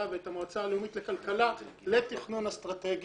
ואת המועצה הלאומית לכלכלה לתכנון אסטרטגי.